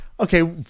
Okay